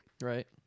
right